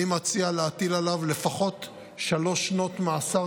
אני מציע להטיל עליו לפחות שלוש שנות מאסר,